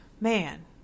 man